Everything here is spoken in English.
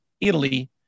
Italy